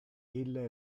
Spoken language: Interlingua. ille